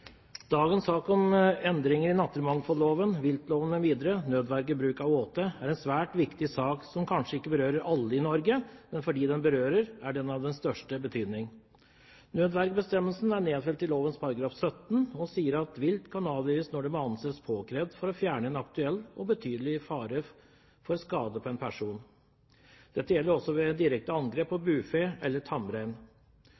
Dagens sak, om endringer i naturmangfoldloven, viltloven mv. , er en svært viktig sak som kanskje ikke berører alle i Norge, men for dem den berører, er den av største betydning. Nødvergebestemmelsen er nedfelt i naturmangfoldloven § 17 og sier: «Vilt kan avlives når det må anses påkrevd for å fjerne en aktuell og betydelig fare for skade på person.» Dette gjelder også ved direkte angrep på